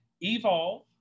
evolve